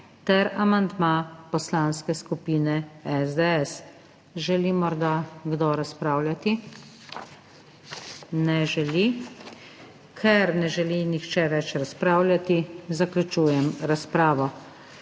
ter amandma Poslanske skupine SDS. Želi morda kdo razpravljati? Ne želi. Ker ne želi nihče več razpravljati, zaključujem razpravo.